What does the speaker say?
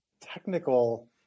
technical